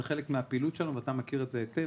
זה חלק מהפעילות שלנו ואתה מכיר את זה היטב